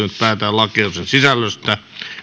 nyt päätetään lakiehdotuksen sisällöstä